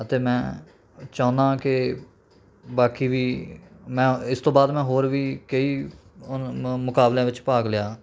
ਅਤੇ ਮੈਂ ਚਾਹੁੰਦਾ ਕਿ ਬਾਕੀ ਵੀ ਮੈਂ ਇਸ ਤੋਂ ਬਾਅਦ ਮੈਂ ਹੋਰ ਵੀ ਕਈ ਮੁ ਮੁਕਾਬਲਿਆਂ ਵਿੱਚ ਭਾਗ ਲਿਆ